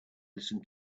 listen